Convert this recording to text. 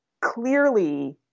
clearly